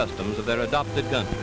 customs of their adopted country